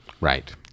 right